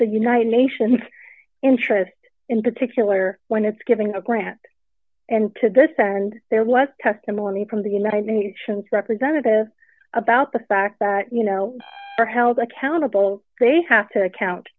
the united nations interest in particular when it's giving a grant and to this and there was testimony from the united nations representative about the fact that you know for held accountable they have to account